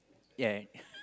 ya right